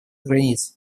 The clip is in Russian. границ